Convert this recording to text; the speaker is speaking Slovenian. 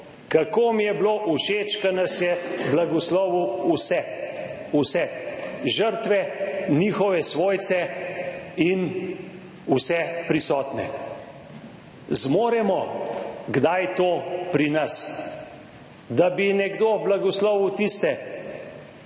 Kako mi je bilo všeč, ko nas je blagoslovil vse! Vse, žrtve, njihove svojce in vse prisotne. Zmoremo kdaj to pri nas? Da bi nekdo blagoslovil tiste